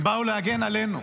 הם באו להגן עלינו.